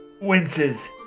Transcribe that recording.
winces